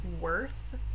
worth